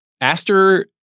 Aster